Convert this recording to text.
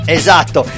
esatto